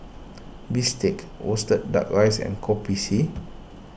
Bistake Roasted Duck Rice and Kopi C